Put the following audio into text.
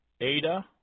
Ada